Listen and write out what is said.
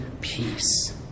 peace